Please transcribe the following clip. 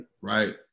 right